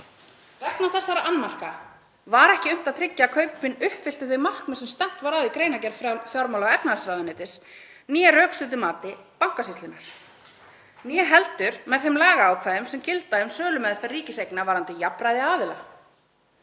Vegna þessara annmarka var ekki unnt að tryggja að kaupin uppfylltu þau markmið sem stefnt var að í greinargerð fjármála- og efnahagsráðuneytis eða rökstuddu mati Bankasýslunnar, né heldur með þeim lagaákvæðum sem gilda um sölumeðferð ríkiseigna varðandi jafnræði aðila.